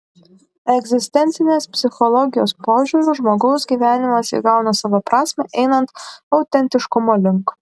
egzistencinės psichologijos požiūriu žmogaus gyvenimas įgauna savo prasmę einant autentiškumo link